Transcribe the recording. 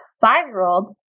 five-year-old